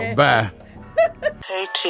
bye